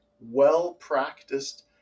well-practiced